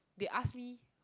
they ask me